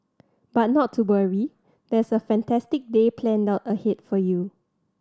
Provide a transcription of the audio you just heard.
but not to worry there's a fantastic day planned out ahead for you